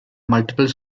multiple